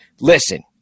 listen